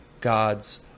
God's